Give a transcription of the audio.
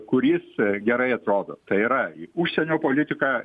kur jis gerai atrodo tai yra į užsienio politiką